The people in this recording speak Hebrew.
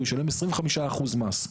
הוא ישלם 25 אחוז מס.